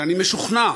שאני משוכנע